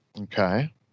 Okay